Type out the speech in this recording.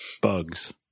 bugs